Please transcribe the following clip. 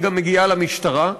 היא מגיעה גם למשטרה.